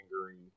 angry